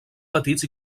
petits